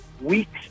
weeks